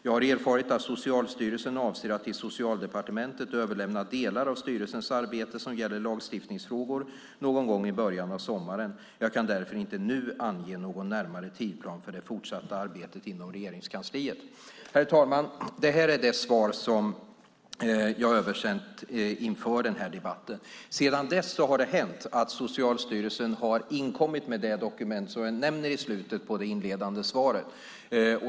Jag har erfarit att Socialstyrelsen avser att till Socialdepartementet överlämna de delar av styrelsens arbete som gäller lagstiftningsfrågor någon gång i början av sommaren. Jag kan därför inte nu ange någon närmare tidsplan för det fortsatta arbetet inom Regeringskansliet. Herr talman! Detta var en uppläsning av det skriftliga interpellationssvar som jag översände inför denna debatt. Sedan dess har Socialstyrelsen inkommit med det dokument som jag nämner i slutet av det inledande svaret.